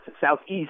southeast